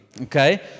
okay